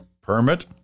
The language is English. permit